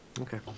Okay